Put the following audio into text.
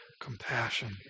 Compassion